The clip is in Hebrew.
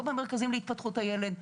לא במרכזים להתפתחות הילד,